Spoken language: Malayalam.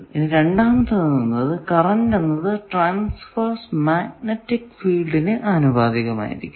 ഇനി രണ്ടാമത്തേത് എന്നത് കറന്റ് എന്നത് ട്രാൻസ്വേർസ് മാഗ്നെറ്റിക് ഫീൽഡിന് ആനുപാതികമായിരിക്കണം